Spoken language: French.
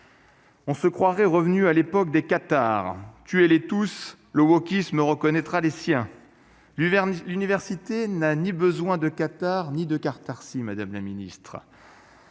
On se croirait revenu à l'époque des Cathares, tuez-les tous, le wokisme reconnaîtra les siens, lui, vers l'université n'a ni besoin de Qatar ni de carte Arcy Madame la ministre.